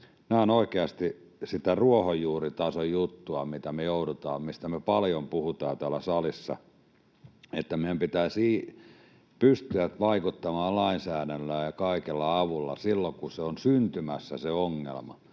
Nämä ovat oikeasti sitä ruohonjuuritason juttua, mistä me paljon puhutaan täällä salissa, että meidän pitäisi pystyä vaikuttamaan lainsäädännöllä ja kaikella avulla silloin, kun se ongelma